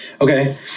okay